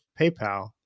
PayPal